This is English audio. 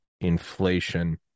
inflation